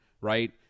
right